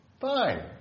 Fine